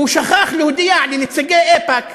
הוא שכח להודיע לנציגי איפא"ק